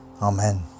Amen